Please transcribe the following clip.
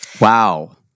Wow